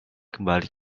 kembali